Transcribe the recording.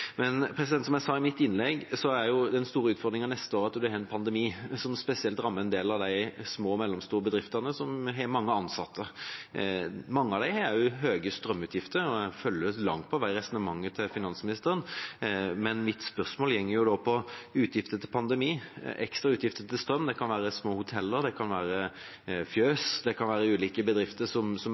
Som jeg sa i mitt innlegg: Den store utfordringen neste år er at vi har en pandemi som spesielt rammer en del av de små og mellomstore bedriftene som har mange ansatte. Mange av dem har også høye strømutgifter, og jeg følger langt på vei resonnementet til finansministeren. Men mitt spørsmål går ut på utgifter til pandemien og ekstra utgifter til strøm; det kan være små hoteller, det kan være fjøs, og det kan være ulike bedrifter som